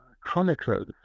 chroniclers